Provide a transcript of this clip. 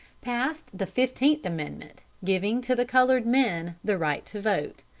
passed the fifteenth amendment, giving to the colored men the right to vote.